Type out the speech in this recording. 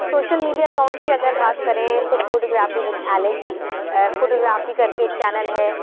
social media accounts کی اگر بات کریں تو فوٹوگرافی ود ایلک فوٹوگرافی کر کے ایک چینل ہے